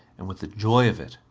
and, with the joy of it,